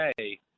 okay—